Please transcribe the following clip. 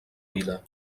vila